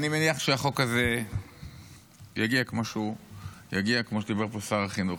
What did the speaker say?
אני מניח שהחוק הזה יגיע, כמו שדיבר פה שר החינוך.